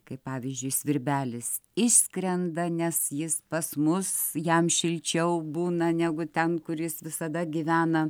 kaip pavyzdžiui svirbelis išskrenda nes jis pas mus jam šilčiau būna negu ten kur jis visada gyvena